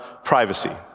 privacy